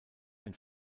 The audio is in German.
ein